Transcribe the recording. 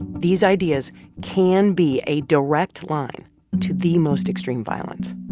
these ideas can be a direct line to the most extreme violence.